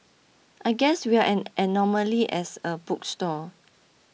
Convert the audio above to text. I guess we're an anomaly as a book store